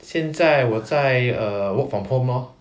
现在我在 err work from home lor